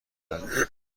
دارد